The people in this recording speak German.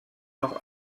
noch